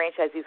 franchisees